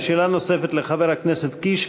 נוספת לחבר הכנסת קיש,